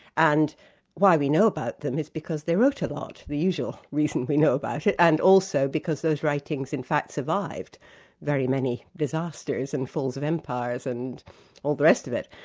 and why we know about them is because they wrote a lot the usual reason we know about it and also because those writings in fact survived very many disasters and falls of empires and all the rest of it.